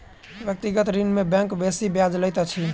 व्यक्तिगत ऋण में बैंक बेसी ब्याज लैत अछि